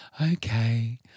Okay